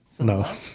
No